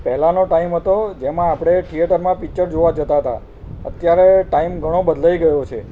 પહેલાંનો ટાઈમ હતો જેમાં આપણે થિયેટરમાં પિચર જોવાં જતાં હતાં અત્યારે ટાઈમ ઘણો બદલાઈ ગયો છે